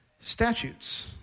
statutes